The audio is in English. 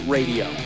Radio